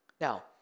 Now